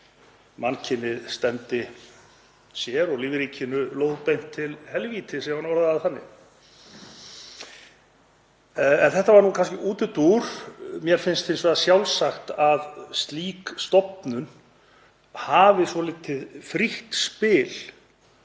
mannkynið stefndi sér og lífríkinu lóðbeint til helvítis, hann orðaði það þannig. Þetta var kannski útúrdúr. Mér finnst hins vegar sjálfsagt að slík stofnun hafi svolítið frítt spil